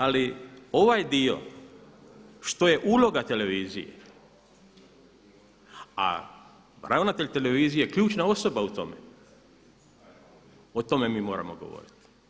Ali ovaj dio što je uloga televizije a ravnatelj televizije ključna osoba u tome o tome mi moramo govoriti.